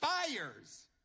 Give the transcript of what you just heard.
Fires